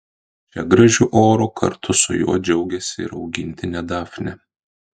čia gražiu oru kartu su juo džiaugiasi ir augintinė dafnė